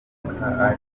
amateka